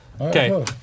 Okay